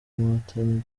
nkotanyi